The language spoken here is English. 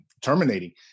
terminating